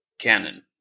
canon